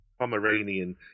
Pomeranian